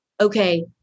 okay